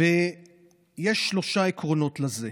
ויש שלושה עקרונות לזה: